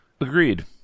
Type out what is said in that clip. Agreed